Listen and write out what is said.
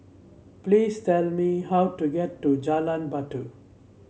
please tell me how to get to Jalan Batu